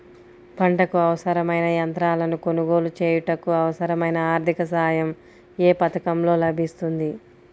పంటకు అవసరమైన యంత్రాలను కొనగోలు చేయుటకు, అవసరమైన ఆర్థిక సాయం యే పథకంలో లభిస్తుంది?